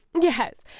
Yes